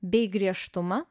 bei griežtumą